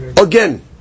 again